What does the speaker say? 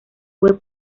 web